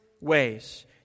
ways